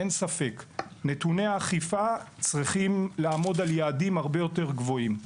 אין ספק, צריכים הרבה יותר גבוהים.